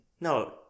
no